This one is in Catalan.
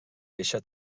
eixa